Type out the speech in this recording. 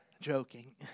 Joking